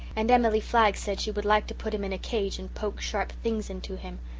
and emily flagg said she would like to put him in a cage and poke sharp things into him.